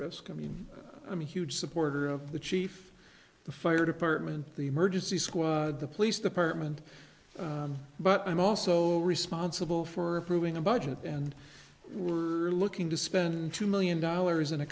risk i mean i'm a huge supporter of the chief the fire department the emergency squad the police department but i'm also responsible for approving a budget and we're looking to spend two million dollars in a